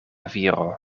viro